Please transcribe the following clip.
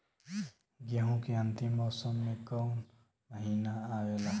गेहूँ के अंतिम मौसम में कऊन महिना आवेला?